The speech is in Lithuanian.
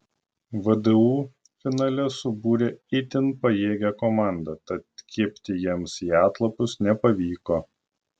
vdu finale subūrė itin pajėgią komandą tad kibti jiems į atlapus nepavyko